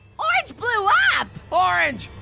orange blue up. orange.